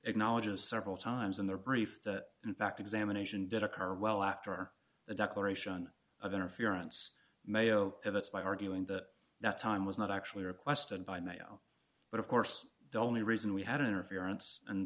acknowledges several times in their brief that in fact examination did occur well after the declaration of interference mayo that's my arguing that that time was not actually requested by mayo but of course the only reason we had interference and